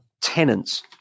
tenants